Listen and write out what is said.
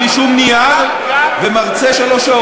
בלי שום נייר ומרצה שלוש שעות.